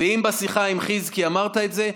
ואם בשיחה עם חזקי אמרת את זה,